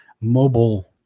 mobile